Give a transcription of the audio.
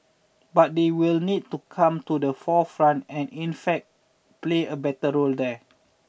but they will need to come to the forefront and in fact play a better role there